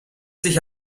dich